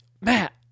Matt